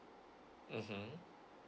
mm